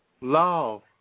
love